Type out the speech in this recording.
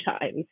times